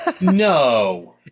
No